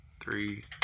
Three